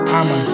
I'ma